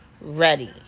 ready